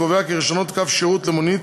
קובע כי רישיונות קו שירות למונית